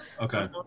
okay